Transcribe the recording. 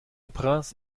prince